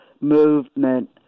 movement